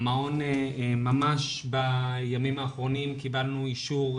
ממש בימים האחרונים קיבלנו אישור,